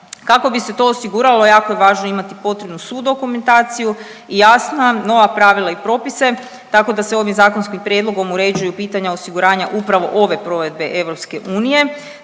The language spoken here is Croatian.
Kako bi se to osiguralo, jako je važno imati potrebnu svu dokumentaciju i jasna nova pravila i propise, tako da se ovim zakonskim prijedlogom uređuje pitanja osiguranja upravo ove provedbe EU,